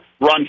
run